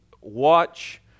watch